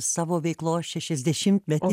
savo veiklos šešiasdešimtmetį